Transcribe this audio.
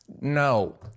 No